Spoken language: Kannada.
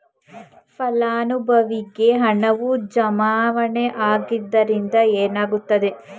ಫಲಾನುಭವಿಗೆ ಹಣವು ಜಮಾವಣೆ ಆಗದಿದ್ದರೆ ಏನಾಗುತ್ತದೆ?